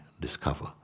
discover